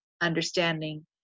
understanding